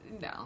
No